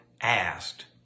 asked